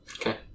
Okay